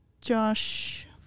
Josh